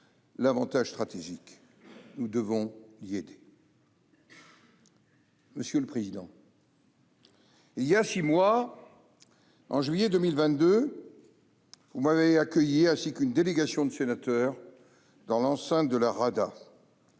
l'avantage stratégique. Nous devons l'y aider. Monsieur le président, il y a six mois, en juillet 2022, vous m'aviez accueilli, ainsi qu'une délégation de sénateurs, dans l'enceinte de la Rada